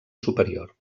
superior